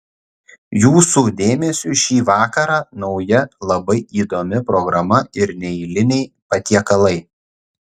jūsų dėmesiui šį vakarą nauja labai įdomi programa ir neeiliniai patiekalai